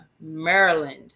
Maryland